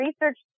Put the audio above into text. research